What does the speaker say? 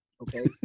okay